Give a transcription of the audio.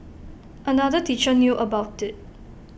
another teacher knew about IT